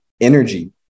energy